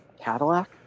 Cadillac